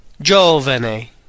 Giovane